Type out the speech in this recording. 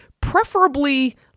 preferably